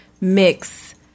mix